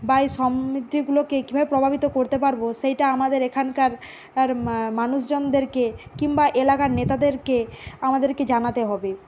বা এই সমৃদ্ধিগুলোকে কীভাবে প্রভাবিত করতে পারবো সেইটা আমাদের এখানকার কার মানুষজনদেরকে কিম্বা এলাকার নেতাদেরকে আমাদেরকে জানাতে হবে